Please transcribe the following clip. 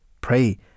pray